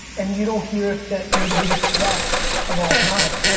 and you don't hear if that you're the biggest bust of all time.